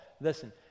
Listen